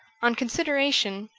on consideration,